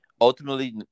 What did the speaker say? ultimately